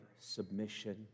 submission